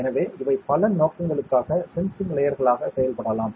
எனவே இவை பல நோக்கங்களுக்காக சென்சிங் லேயர்களாக செயல்படலாம்